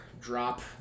drop